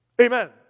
Amen